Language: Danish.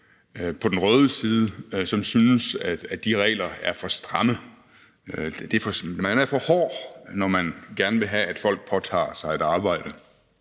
på den røde side i Folketinget, som synes, at de regler er for stramme – man er for hård, når man gerne vil have, at folk påtager sig et arbejde.